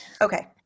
Okay